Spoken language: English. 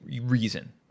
reason